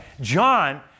John